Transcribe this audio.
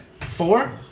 Four